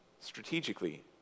strategically